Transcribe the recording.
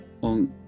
on